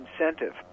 incentive